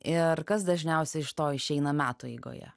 ir kas dažniausiai iš to išeina metų eigoje